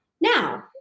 Now